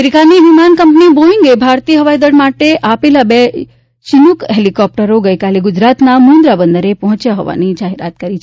અમેરીકાની વિમાન કંપની બોઇંગે ભાારતીય હવાઈદળ માટે આપેલા બે ચિનુક હેલીકોપ્ટરો ગઇકાલે ગુજરાતના મુંદ્રા બંદરે પહોંચ્યા હોવાની જાહેરાત કરી છે